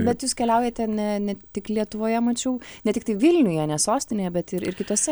bet jūs keliaujate ne ne tik lietuvoje mačiau ne tiktai vilniuje ne sostinėje bet ir ir kituose